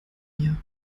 hier